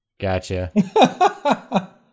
Gotcha